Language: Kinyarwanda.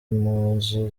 impuzu